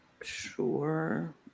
Sure